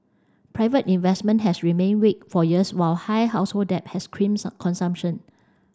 private investment has remained weak for years while high household debt has crimped consumption